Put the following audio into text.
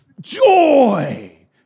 Joy